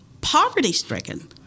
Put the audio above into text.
poverty-stricken